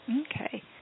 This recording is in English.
Okay